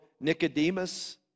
Nicodemus